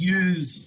use